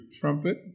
trumpet